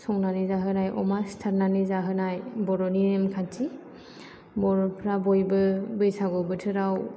संनानै जाहोनाय अमा सिथारनानै जाहोनाय बर'नि नेमखान्थि बर'फ्रा बयबो बैसागु बोथोराव